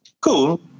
Cool